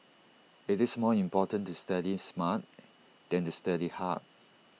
IT is more important to study smart than to study hard